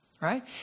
right